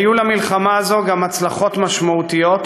היו למלחמה הזאת גם הצלחות משמעותיות